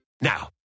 Now